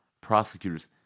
prosecutors